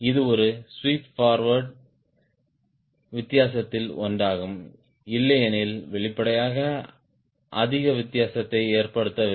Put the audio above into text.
இது ஒரு sweep forward வித்தியாசத்தில் ஒன்றாகும் இல்லையெனில் வெளிப்படையாக அதிக வித்தியாசத்தை ஏற்படுத்தவில்லை